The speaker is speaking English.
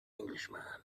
englishman